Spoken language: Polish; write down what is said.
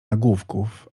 nagłówków